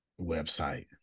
website